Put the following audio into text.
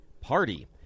party